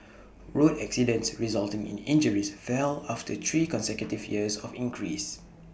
road accidents resulting in injuries fell after three consecutive years of increase